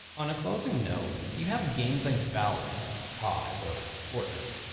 on a closing note, if you have games like valorant, cod or fortnite,